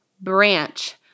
branch